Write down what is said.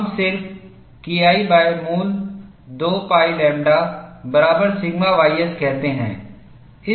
हम सिर्फ़ KI मूल 2 pi लैम्ब्डा बराबर सिग्मा ys कहते हैं